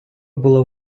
було